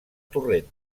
torrent